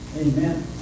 Amen